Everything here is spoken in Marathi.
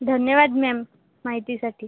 धन्यवाद मॅम माहितीसाठी